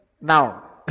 Now